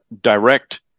direct